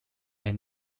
and